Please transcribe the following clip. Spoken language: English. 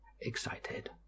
excited